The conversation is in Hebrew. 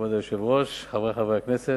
כבוד היושב-ראש, חברי חברי הכנסת,